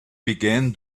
began